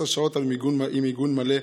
16 שעות עם מיגון מלא.